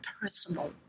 personal